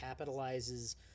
capitalizes